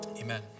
Amen